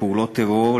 לפעולות טרור,